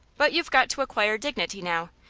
but you've got to acquire dignity now,